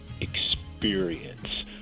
experience